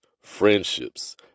friendships